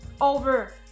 over